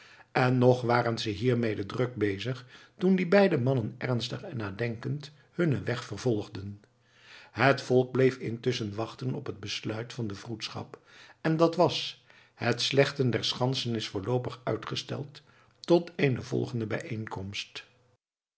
en nog waren ze hiermede druk bezig toen die beide mannen ernstig en nadenkend hunnen weg vervolgden het volk bleef intusschen wachten op het besluit van de vroedschap en dat was het slechten der schansen is voorloopig uitgesteld tot eene volgende bijeenkomst